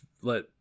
let